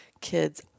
kids